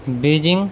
Beijing